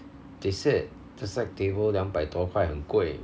they said the side table 两百多块很贵